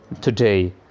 Today